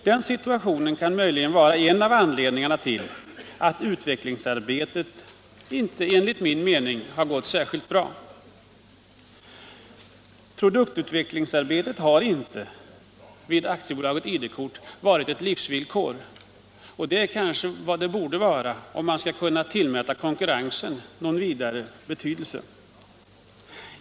Den situationen kan möjligen vara en av anledningarna till att utvecklingsarbetet, i varje fall enligt min mening, inte har gått särskilt bra. Produktutvecklingsarbetet har vid AB ID-kort inte varit ett livsvillkor, och det borde det kanske vara om man skall kunna tillmäta konkurrensen någon vidare betydelse i sammanhanget.